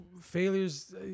failures